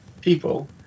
people